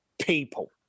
people